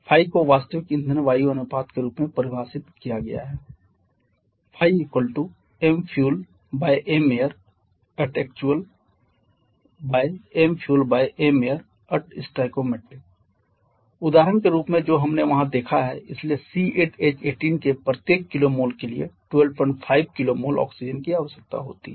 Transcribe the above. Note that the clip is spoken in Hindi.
ϕ को वास्तविक ईंधन वायु अनुपात के रूप में परिभाषित किया गया है mfuelmairactualmfuelmairstoi उदाहरण के रूप में जो हमने वहां देखा है इसलिए C8H18 के प्रत्येक kmol के लिए 125 kmol ऑक्सीजन की आवश्यकता होती है